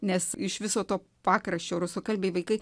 nes iš viso to pakraščio rusakalbiai vaikai